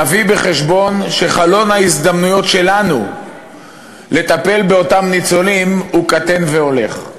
נביא בחשבון שחלון ההזדמנויות שלנו לטפל באותם ניצולים קטן והולך,